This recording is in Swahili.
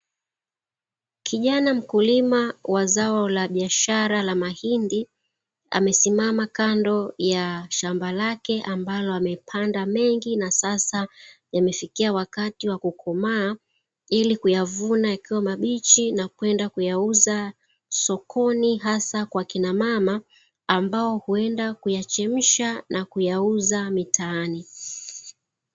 Kijana mkulima wa zao la biashara la mahindi, amesimama kando ya shamba lake ambalo amepanda mengi na sasa yamefikia wakati wa kukomaa, ili kuyavuna yakiwa mabichi na kwenda kuyauza sokoni hasa kwa kina mama, ambao huenda kuyachemsha na kuyauza mtaani.